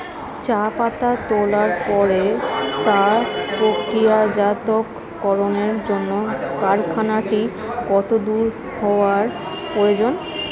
চা পাতা তোলার পরে তা প্রক্রিয়াজাতকরণের জন্য কারখানাটি কত দূর হওয়ার প্রয়োজন?